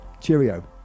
cheerio